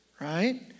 right